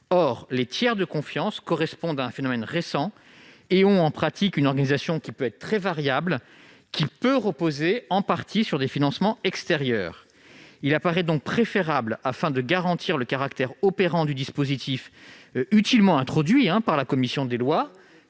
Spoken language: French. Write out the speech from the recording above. Or les tiers de confiance sont un phénomène récent. En pratique, leur organisation est très variable et peut reposer en partie sur des financements extérieurs. Il paraît donc préférable, afin de garantir le caractère opérant du dispositif utilement introduit par la commission des lois,